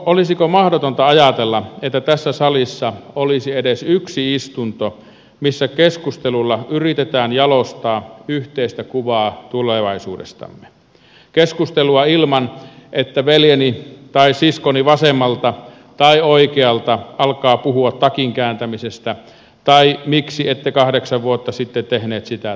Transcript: olisiko mahdotonta ajatella että tässä salissa olisi edes yksi istunto missä keskustelulla yritetään jalostaa yhteistä kuvaa tulevaisuudestamme keskustelua ilman että veljeni tai siskoni vasemmalta tai oikealta alkaa puhua takin kääntämisestä tai siitä miksi ette kahdeksan vuotta sitten tehneet sitä tai tätä